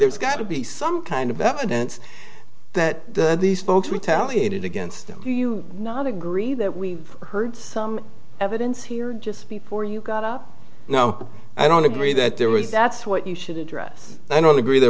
there's got to be some kind of evidence that these folks retaliated against him do you not agree that we heard some evidence here just before you got up no i don't agree that there was that's what you should address i don't agree there